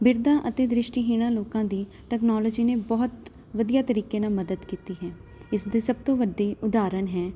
ਬਿਰਧਾਂ ਅਤੇ ਦ੍ਰਿਸ਼ਟੀਹੀਣਾਂ ਲੋਕਾਂ ਦੀ ਟੈਕਨੋਲੋਜੀ ਨੇ ਬਹੁਤ ਵਧੀਆ ਤਰੀਕੇ ਨਾਲ ਮਦਦ ਕੀਤੀ ਹੈ ਇਸ ਦੇ ਸਭ ਤੋਂ ਵੱਡੀ ਉਦਾਹਰਣ ਹੈ